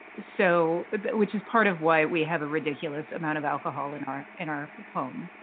so which is part of why we have a ridiculous amount of alcohol in our in our home.